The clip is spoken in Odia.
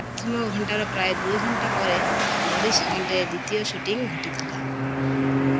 ପ୍ରଥମ ଘଣ୍ଟାର ପ୍ରାୟ ଦୁଇ ଘଣ୍ଟା ପରେ ନୋରିସ୍ ହଲ୍ରେ ଦ୍ୱିତୀୟ ସୁଟିଂ ଘଟିଥିଲା